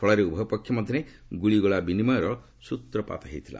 ଫଳରେ ଉଭୟ ପକ୍ଷ ମଧ୍ୟରେ ଗୁଳିଗୋଳା ବିନିମୟ ଆରମ୍ଭ ହୋଇଥିଲା